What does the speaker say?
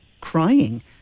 crying